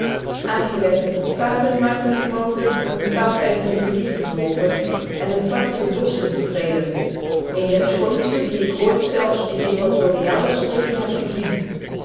aangelegde voetpaden maken het mogelijk een bepaald eind de rivier te volgen en het prachtige bosch een der schoonste die ik ooit zelfs in aequatoriale streken heb gezien